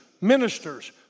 ministers